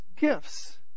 gifts